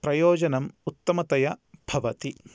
प्रयोजनम् उत्तमतया भवति